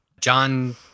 John